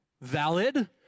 Valid